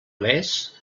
més